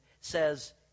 says